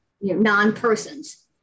non-persons